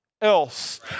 else